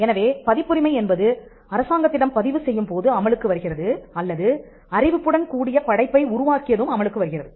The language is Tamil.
எனவே பதிப்புரிமை என்பது அரசாங்கத்திடம் பதிவு செய்யும் போது அமலுக்கு வருகிறது அல்லது அறிவிப்புடன் கூடிய படைப்பை உருவாக்கியதும் அமலுக்கு வருகிறது